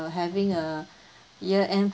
having uh year end